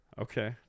Okay